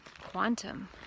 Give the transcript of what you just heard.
quantum